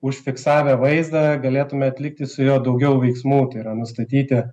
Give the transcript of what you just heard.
užfiksavę vaizdą galėtume atlikti su juo daugiau veiksmų tai yra nustatyti